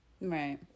Right